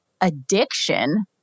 addiction